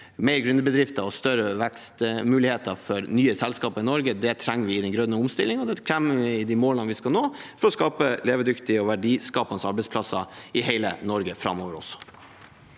flere gründerbedrifter og større vekstmuligheter for nye selskaper i Norge. Det trenger vi i den grønne omstillingen, og det trenger vi i de målene vi skal nå for å skape levedyktige og verdiskapende arbeidsplasser i hele Norge framover også.